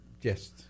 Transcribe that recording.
Yes